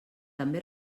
també